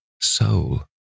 soul